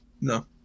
no